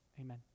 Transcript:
Amen